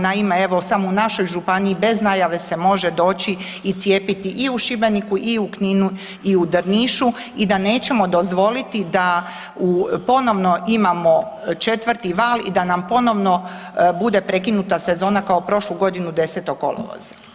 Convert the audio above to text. Naime, evo samo u našoj županiji, bez najave se može doći i cijepiti i u Šibeniku i u Kninu i u Drnišu i da nećemo dozvoliti da ponovno imamo 4. val i da nam ponovno bude prekinuta sezona kao prošlu godinu 10. kolovoza.